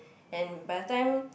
and by the time